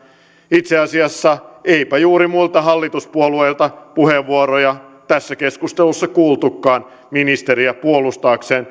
itse asiassa eipä juuri muilta hallituspuolueilta puheenvuoroja tässä keskustelussa kuultukaan ministerin puolustamiseksi